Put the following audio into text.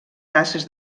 tasses